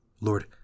Lord